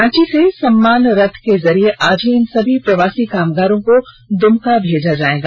रांची से सम्मान रथ के जरिये आज ही इन सभी प्रवासी कामगारों को दुमका भेजा जायेगा